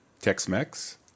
Tex-Mex